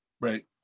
right